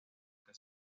que